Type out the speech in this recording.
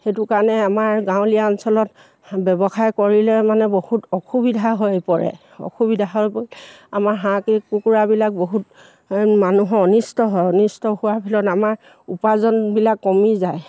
সেইটো কাৰণে আমাৰ গাঁৱলীয়া অঞ্চলত ব্যৱসায় কৰিলে মানে বহুত অসুবিধা হৈ পৰে অসুবিধা হৈ আমাৰ হাঁহ কি কুকুৰাবিলাক বহুত মানুহৰ অনিষ্ট হয় অনিষ্ট হোৱাৰ ফলত আমাৰ উপাৰ্জনবিলাক কমি যায়